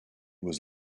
was